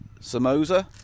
samosa